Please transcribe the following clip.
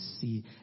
see